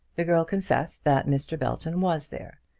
the girl confessed that mr. belton was there,